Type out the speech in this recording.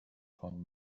found